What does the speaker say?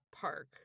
park